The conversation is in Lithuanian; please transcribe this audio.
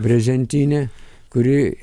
brezentinę kuri